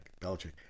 Belichick